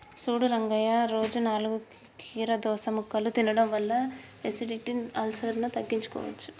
సూడు రంగయ్య రోజు నాలుగు కీరదోస ముక్కలు తినడం వల్ల ఎసిడిటి, అల్సర్ను తగ్గించుకోవచ్చు